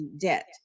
debt